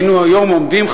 היינו היום עומדים,